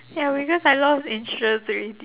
ya because I lost interest alread~